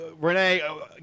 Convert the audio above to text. renee